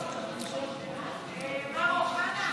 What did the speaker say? אוחנה,